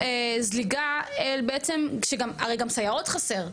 זליגה אל בעצם שגם הרי גם סייעות חסר,